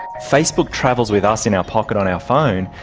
facebook travels with us in our pocket on our phone.